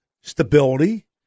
stability